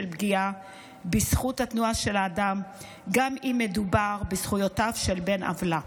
פגיעה בזכות התנועה של האדם גם אם מדובר בזכויותיו של בן עוולה.